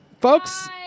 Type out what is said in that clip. Folks